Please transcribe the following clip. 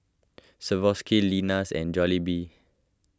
Swarovski Lenas and Jollibee